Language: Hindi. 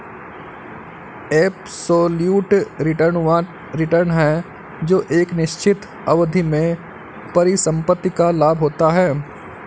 एब्सोल्यूट रिटर्न वह रिटर्न है जो एक निश्चित अवधि में परिसंपत्ति का लाभ होता है